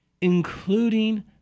including